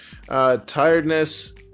Tiredness